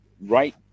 right